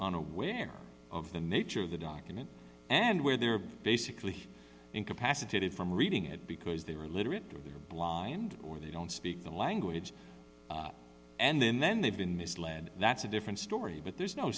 unaware of the nature of the document and where they're basically incapacitated from reading it because they were literate blind or they don't speak the language and then they've been misled that's a different story but there's no